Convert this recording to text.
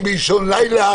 בסעיף 18,